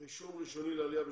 רישום ראשוני לעלייה.